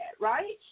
right